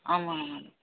ஆமாங்க மேம்